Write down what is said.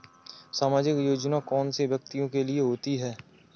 सामाजिक योजना कौन से व्यक्तियों के लिए होती है?